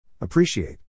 Appreciate